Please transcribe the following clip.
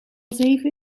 zeven